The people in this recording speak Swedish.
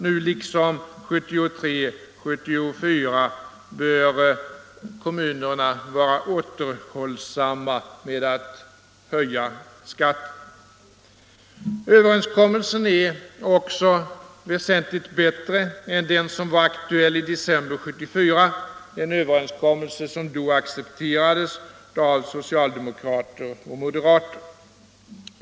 Nu liksom 1973 och 1974 bör kommunerna vara återhållsamma med att höja skatten. Överenskommelsen är också väsentligt bättre än den som var aktuell i december 1974, en överenskommelse som då accepterades av socialdemokrater och moderater.